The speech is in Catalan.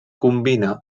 combina